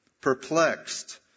perplexed